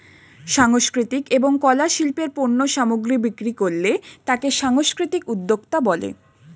সাংস্কৃতিক এবং কলা শিল্পের পণ্য সামগ্রী বিক্রি করলে তাকে সাংস্কৃতিক উদ্যোক্তা বলে